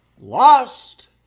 lost